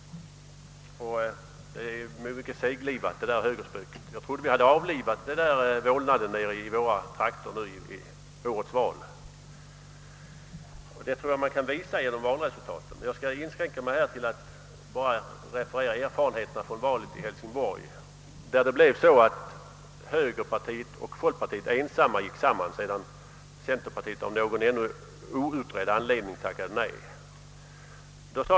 Det där högerspöket är ju mycket seglivat. Jag trodde vi hade avlivat den vålnaden i våra trakter i årets val. Det tror jag man kan visa genom valresultaten. Jag skall in skränka mig till att referera erfarenheterna från valet i Hälsingborg, där högerpartiet och folkpartiet ensamma gick samman, sedan centerpartiet av någon ännu outredd anledning tackade nej till samverkan.